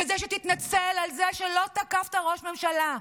בזה שתתנצל על זה שלא תקפת ראש ממשלה,